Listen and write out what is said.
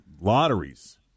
lotteries